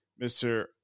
Mr